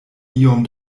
iom